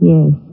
Yes